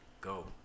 go